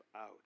out